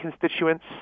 constituents